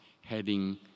heading